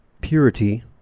purity